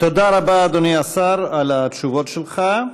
תודה רבה, אדוני השר, על התשובות שלך.